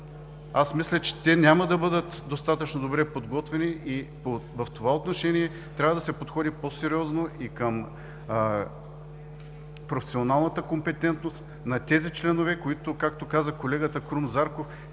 Мисля, че те няма да бъдат достатъчно добре подготвени и в това отношение трябва да се подходи по-сериозно към професионалната компетентност на членовете, които, както каза колегата Крум Зарков,